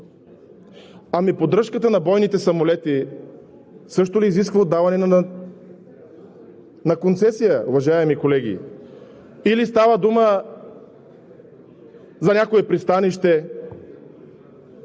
А поддръжката на бойните самолети също ли изисква отдаване на концесия, уважаеми колеги, или става дума за някое пристанище,